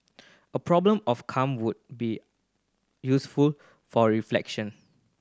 a problem of calm would be useful for reflection